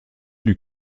lui